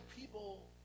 people